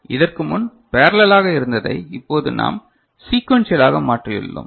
எனவே இதற்கு முன் பேரலல் ஆக இருந்ததை இப்போது நாம் சீகுவேன்ஷியலாக மாற்றியுள்ளோம்